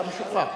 אתה משוחרר.